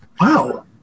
Wow